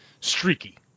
streaky